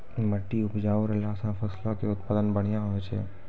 मट्टी उपजाऊ रहला से फसलो के उत्पादन बढ़िया होय छै